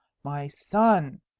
my son,